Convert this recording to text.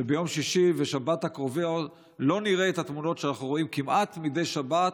וביום שישי ושבת הקרובים לא נראה את התמונות שאנחנו רואים כמעט מדי שבת,